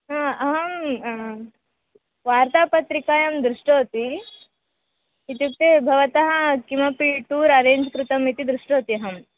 हा अहं वार्तापत्रिकायां दृष्टवती इत्युक्ते भवन्तः किमपि टूर् अरेञ्ज् कृतम् इति दृष्टवती अहम्